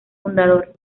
fundador